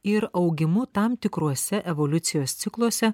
ir augimu tam tikruose evoliucijos cikluose